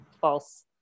false